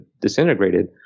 disintegrated